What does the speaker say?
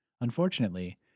Unfortunately